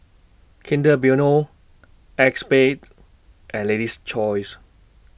Kinder Bueno ACEXSPADE and Lady's Choice